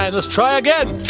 um let's try again.